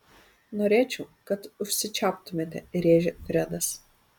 norėčiau kad užsičiauptumėte rėžia fredas